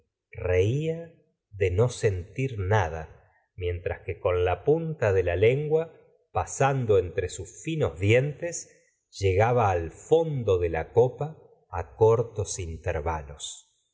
reía de no sentir nada mientras que con la punta de la lengua pasando entre sus finos dientes llegaba al fondo de la copa cortos intervalos